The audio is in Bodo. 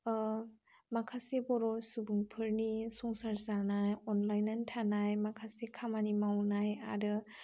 ओ माखासे बर' सुबुंफोरनि संसार जानाय अनलायनानै थानाय माखासे खामानि मावनाय आरो